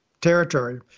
territory